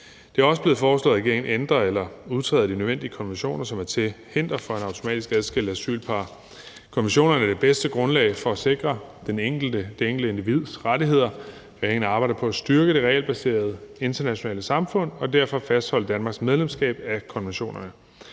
Det er også blevet foreslået, at regeringen ændrer eller udtræder af de nødvendige konventioner, som er til hinder for en automatisk adskillelse af asylpar. Konventionerne er det bedste grundlag for at sikre det enkelte individs rettigheder. Regeringen arbejder på at styrke det regelbaserede internationale samfund, og derfor fastholdes Danmarks medlemskab af konventionerne.